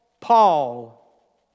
Paul